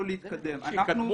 בוא נעשה את זה מדורג, אנחנו איתך.